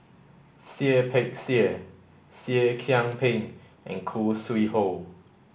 Seah Peck Seah Seah Kian Peng and Khoo Sui Hoe